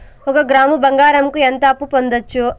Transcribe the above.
ఒక గ్రాము బంగారంకు ఎంత అప్పు పొందొచ్చు